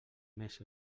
més